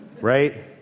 Right